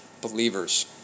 believers